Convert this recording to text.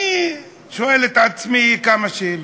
אני שואל את עצמי כמה שאלות: